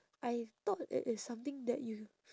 I thought that it's something that you